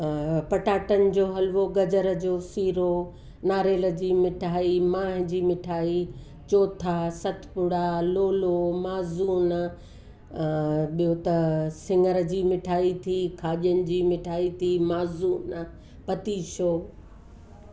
पटाटनि जो हलुवो गजर जो सीरो नारेल जी मिठाई माए जी मिठाई चौथा सतपुड़ा लोलो माज़ून ॿियो त सिङर जी मिठाई थी खाॼनि जी मिठाई थी माज़ून पतीशो